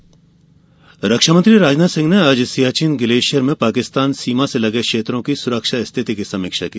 राजनाथ सिंह रक्षा मंत्री राजनाथ सिंह ने आज सियाचिन ग्लेशियर में पाकिस्तान सीमा से लगे क्षेत्रों की सुरक्षा स्थिति समीक्षा की की